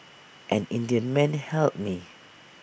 an Indian man helped me